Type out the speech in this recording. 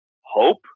hope